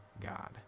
God